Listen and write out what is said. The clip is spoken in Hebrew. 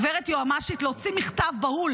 גב' יועמ"שית, להוציא מכתב בהול